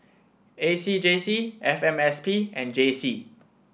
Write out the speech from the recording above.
A C J C F M S P and J C